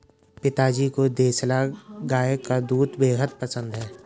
पिताजी को देसला गाय का दूध बेहद पसंद है